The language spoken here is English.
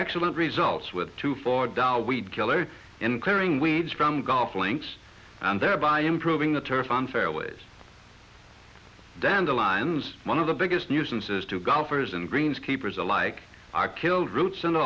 excellent results with two for tao weed killer in clearing weeds from golf links and thereby improving the turf on fairways dandelions one of the biggest nuisances to golfers and greens keepers alike are killed root